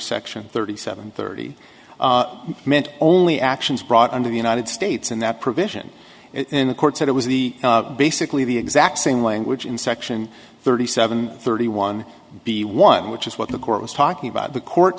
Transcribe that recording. section thirty seven thirty meant only actions brought under the united states and that provision in the court said it was the basically the exact same language in section thirty seven thirty one b one which is what the court was talking about the court